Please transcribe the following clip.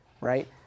right